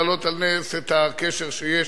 להעלות על נס את הקשר שיש